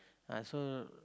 ah so